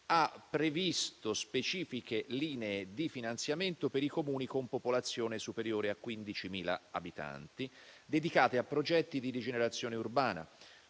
ha previsto specifiche linee di finanziamento per i Comuni con popolazione superiore a 15.000 abitanti, dedicate a progetti di rigenerazione urbana